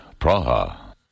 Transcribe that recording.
Praha